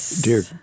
dear